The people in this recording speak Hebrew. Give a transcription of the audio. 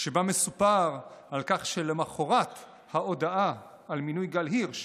שבה מסופר על כך שלמוחרת ההודעה על מינוי גל הירש,